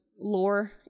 lore